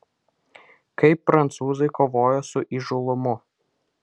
kaip prancūzai kovoja su įžūlumu